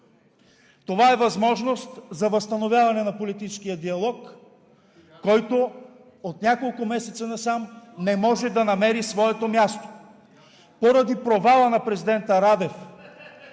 Това е възможност за възстановяване на политическия диалог, който от няколко месеца насам не може да намери своето място. Поради провала на президента Радев